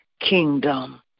kingdom